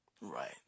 Right